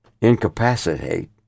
incapacitate